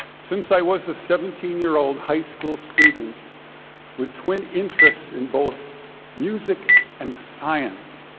since i was a seventeen year old highschool student with twin interest in both music and science,